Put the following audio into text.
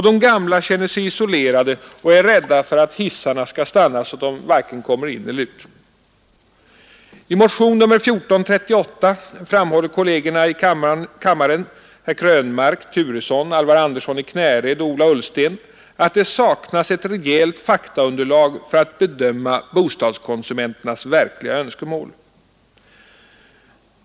De gamla känner sig isolerade och är rädda för att hissarna skall stanna så att de varken kan ta sig ut eller in. I motionen 1438 framhåller kollegerna i kammaren, herrar Krönmark, Turesson, Alvar Andersson i Knäred och Ola Ullsten, att det saknas ett rejält faktaunderlag för att bedöma bostadskonsumenternas verkliga önskemål.